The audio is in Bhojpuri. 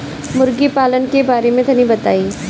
मुर्गी पालन के बारे में तनी बताई?